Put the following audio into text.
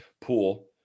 pool